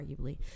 Arguably